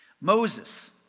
Moses